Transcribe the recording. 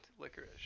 Licorice